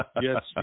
Yes